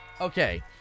okay